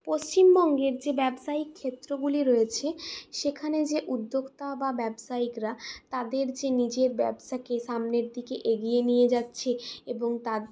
পশ্চিমবঙ্গের যে ব্যবসায়িক ক্ষেত্রগুলি রয়েছে সেখানে যে উদ্যোক্তা বা ব্যবসায়িকরা তাদের যে নিজের ব্যবসাকে সামনের দিকে এগিয়ে নিয়ে যাচ্ছে এবং তার